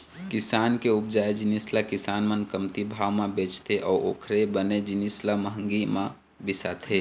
किसान के उपजाए जिनिस ल किसान मन कमती भाव म बेचथे अउ ओखरे बने जिनिस ल महंगी म बिसाथे